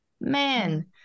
man